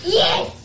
yes